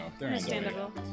Understandable